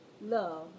love